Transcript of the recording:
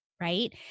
right